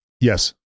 Yes